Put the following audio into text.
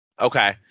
Okay